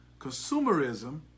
consumerism